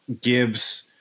gives